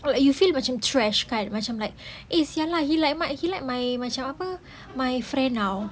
or like you feel macam trash kan macam like eh !siala! he like my he like my macam apa my friend now